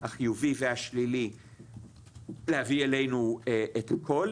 החיובי והשלישי להביא אלינו את הכל,